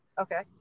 Okay